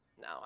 no